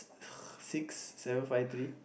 six seven five three